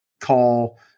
call